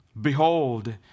Behold